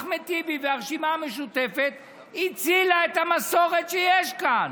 אחמד טיבי והרשימה המשותפת הצילו את המסורת שיש כאן.